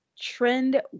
trend